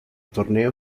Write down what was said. torneo